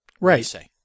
Right